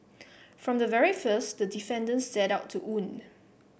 from the very first the defendant set out to wound